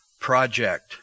project